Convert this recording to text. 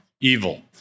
evil